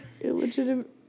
illegitimate